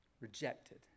Rejected